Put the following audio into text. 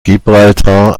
gibraltar